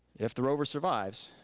if the rover survives,